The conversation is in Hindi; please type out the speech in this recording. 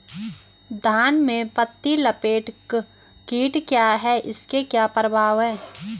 धान में पत्ती लपेटक कीट क्या है इसके क्या प्रभाव हैं?